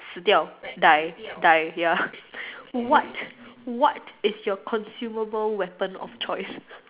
Si Diao die die ya what what is your consumable weapon of choice